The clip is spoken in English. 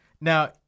Now